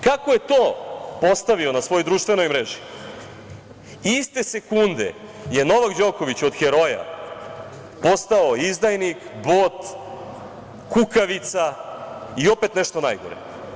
Kako je to postavio na svojoj društvenoj mreži iste sekunde je Novak Đoković od heroja postao izdajnik, bot, kukavica i opet nešto najgore.